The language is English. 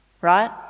right